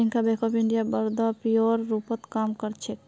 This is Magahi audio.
प्रियंका बैंक ऑफ बड़ौदात पीओर रूपत काम कर छेक